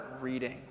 reading